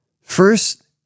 First